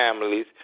families